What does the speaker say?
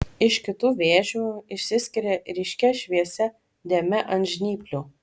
iš kitų vėžių išsiskiria ryškia šviesia dėme ant žnyplių